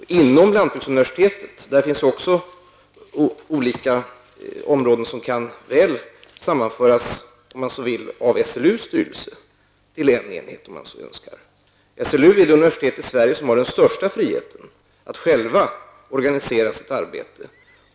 Inom lantbruksuniversitetet finns också olika områden som kan väl sammanföras av SLUs styrelse till en enhet, om man så önskar. SLU är det universitet i Sverige som har den största friheten att själv organisera arbetet.